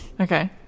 Okay